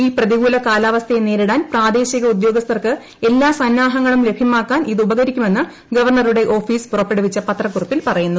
ഈ പ്രതികൂല കാലാവസ്ഥയെ നേരിടാൻ പ്രാദേശിക ഉദ്യോഗസ്ഥർക്ക് എല്ലാ സന്നാഹങ്ങളും ലഭ്യമാക്കാൻ ഇത് ഉപകരിക്കുമെന്ന് ഗവർണറുടെ ഓഫീസ് പുറപ്പെടുവിച്ച പത്രക്കുറിപ്പിൽ പറയുന്നു